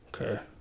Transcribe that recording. Okay